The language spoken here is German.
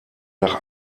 nach